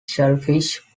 shellfish